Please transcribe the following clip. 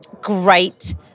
great